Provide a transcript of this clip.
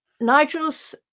nigel's